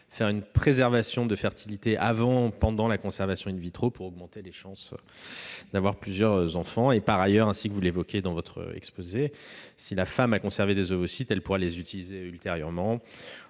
faire une préservation de fertilité avant ou pendant la conservation pour augmenter les chances d'avoir plusieurs enfants. Par ailleurs, ainsi que vous l'évoquez, si une femme a conservé des ovocytes, elle pourra les utiliser ultérieurement